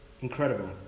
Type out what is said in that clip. Incredible